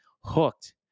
hooked